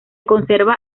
conserva